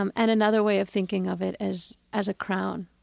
um and another way of thinking of it as as a crown.